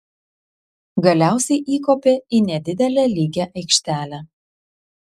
galiausiai įkopė į nedidelę lygią aikštelę